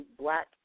Black